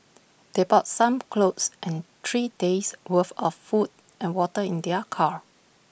they bought some clothes and three days' worth of food and water in their car